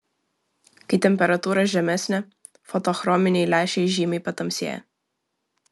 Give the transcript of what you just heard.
kai temperatūra žemesnė fotochrominiai lęšiai žymiai patamsėja